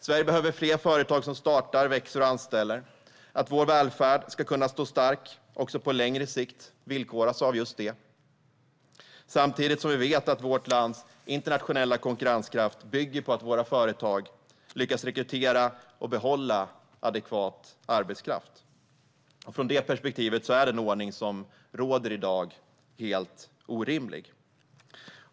Sverige behöver fler företag som startar, växer och anställer. Att vår välfärd ska kunna stå stark också på längre sikt villkoras av just detta. Samtidigt vet vi att vårt lands internationella konkurrenskraft bygger på att våra företag lyckas rekrytera och behålla adekvat arbetskraft. I det perspektivet är den ordning som råder i dag helt orimlig.